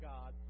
God